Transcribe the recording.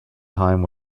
time